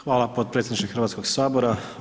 Hvala potpredsjedniče Hrvatskog sabora.